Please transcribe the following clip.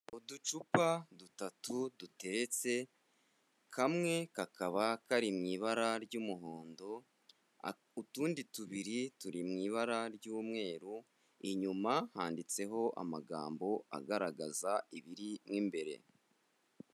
Uducupa dutatu duteretse, kamwe kakaba kari mu ibara ry'umuhondo, utundi tubiri turi mu ibara ry'umweru, inyuma handitseho amagambo agaragaza ibiri mo imbere.